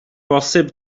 bosib